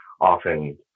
often